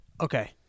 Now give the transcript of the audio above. Okay